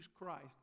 Christ